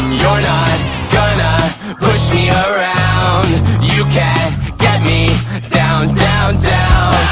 you're not gonna push me around you can't get me down, down, down